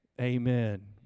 amen